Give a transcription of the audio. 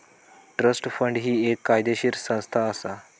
trust fund ही एक कायदेशीर संस्था असा